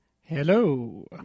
Hello